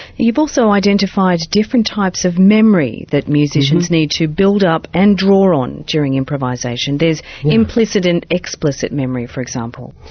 you've also identified different types of memory that musicians need to build up and draw on during improvisation. there's implicit and explicit memory for example.